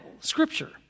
Scripture